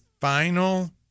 final